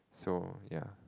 so ya